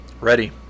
Ready